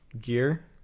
gear